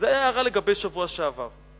זו הערה לגבי שבוע שעבר.